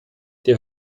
der